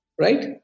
right